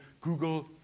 Google